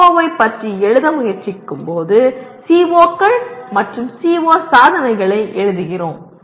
CO ஐப் பற்றி எழுத முயற்சிக்கும்போது CO கள் மற்றும் CO சாதனைகளை எழுதுகிறோம்